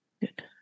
Good